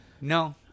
No